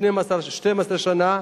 12 שנה,